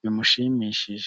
bimushimishije.